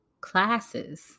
classes